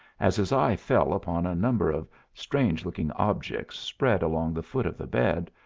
as his eye fell upon a number of strange-looking objects spread along the foot of the bed,